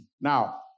Now